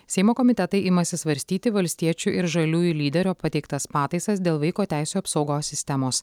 seimo komitetai imasi svarstyti valstiečių ir žaliųjų lyderio pateiktas pataisas dėl vaiko teisių apsaugos sistemos